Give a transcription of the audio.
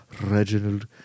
Reginald